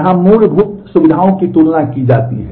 यहां मूलभूत सुविधाओं की तुलना की जाती है